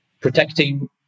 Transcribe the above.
protecting